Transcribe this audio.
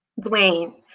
Dwayne